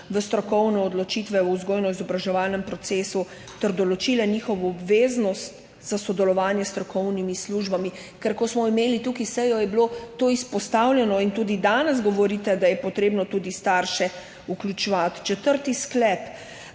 v strokovne odločitve v vzgojno-izobraževalnem procesu ter določile njihovo obveznost za sodelovanje s strokovnimi službami. Ker ko smo imeli tukaj sejo, je bilo to izpostavljeno, in tudi danes govorite, da je potrebno tudi starše vključevati. Četrti sklep: